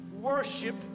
worship